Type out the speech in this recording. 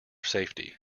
safety